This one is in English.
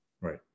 Right